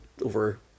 over